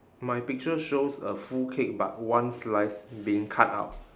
my picture shows a full cake but one slice being cut out